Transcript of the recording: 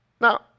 Now